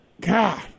God